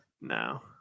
No